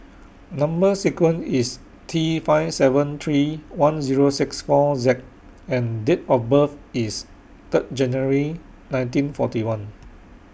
Number sequence IS T five seven three one Zero six four Z and Date of birth IS Third January nineteen forty one